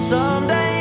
Someday